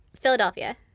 Philadelphia